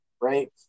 right